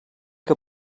que